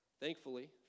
Thankfully